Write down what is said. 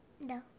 No